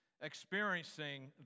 experiencing